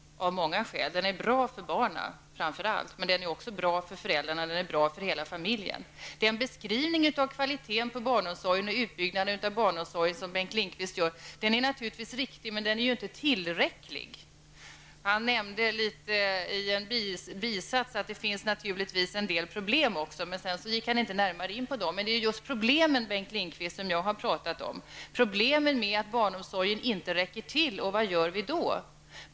Den är bra för barnen, för föräldrarna och bra för hela familjen. Den beskrivning av kvaliteten på barnomsorgen och utbyggnaden av barnomsorgen som Bengt Lindqvist gör är riktig men inte tillräcklig. Han nämnde i en bisats att det finns en del problem, men han gick inte sedan närmare in på dem. Men det är just problemen som jag har talat om. Problemet att barnomsorgen inte räcker till, och vad gör vi då?